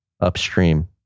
Upstream